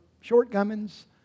shortcomings